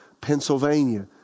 Pennsylvania